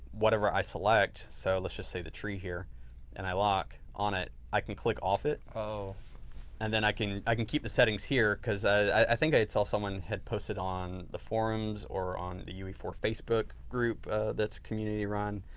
whatever i select. so, let's just say the tree here and i lock on it. i can click off it. and then i can i can keep the settings here because i think i saw someone had posted on the forums or on the u e four facebook group that's community run.